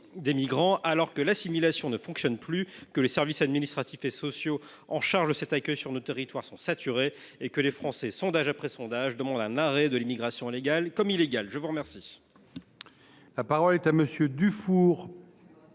des migrants, alors que l’assimilation ne fonctionne plus, que les services administratifs et sociaux chargés de l’accueil sur nos territoires sont saturés et que, sondage après sondage, les Français demandent un arrêt de l’immigration, légale comme illégale. La parole